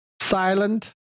Silent